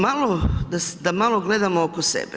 Malo, da malo gledamo oko sebe.